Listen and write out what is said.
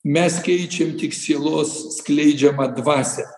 mes keičiam tik sielos skleidžiamą dvasią